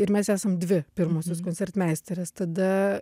ir mes esam dvi pirmosios koncertmeisterės tada